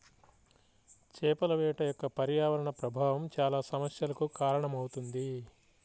చేపల వేట యొక్క పర్యావరణ ప్రభావం చాలా సమస్యలకు కారణమవుతుంది